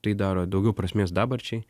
tai daro daugiau prasmės dabarčiai